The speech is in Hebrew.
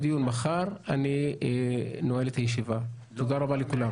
אני נועל את הישיבה, תודה רבה לכולם.